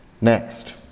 Next